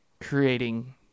creating